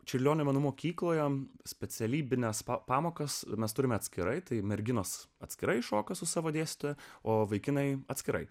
čiurlionio menų mokykloje specialybines pamokas mes turime atskirai tai merginos atskirai šoka su savo dėstytoju o vaikinai atskirai